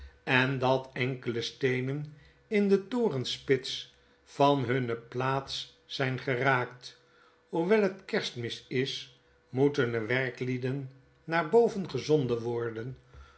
en dat enkele steenen in de torenspits van hunne plaats zijn geraakt hoewel het kerstmis is moeten er werklieden naar boven gezonden worden